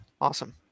Awesome